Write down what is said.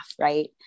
right